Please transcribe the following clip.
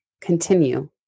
continue